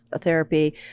therapy